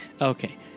Okay